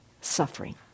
suffering